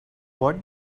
what